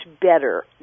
better